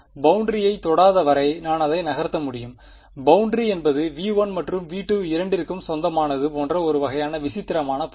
பௌண்டரியை தொடாத வரை நான் அதை நகர்த்த முடியும் பௌண்டரி என்பது V1 மற்றும் V2 இரண்டிற்கும் சொந்தமானது போன்ற ஒரு வகையான விசித்திரமான பொருள்